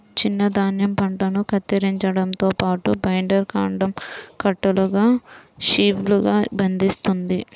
చిన్న ధాన్యం పంటను కత్తిరించడంతో పాటు, బైండర్ కాండం కట్టలుగా షీవ్లుగా బంధిస్తుంది